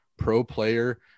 pro-player